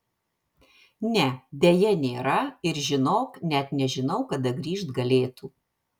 ne deja nėra ir žinok net nežinau kada grįžt galėtų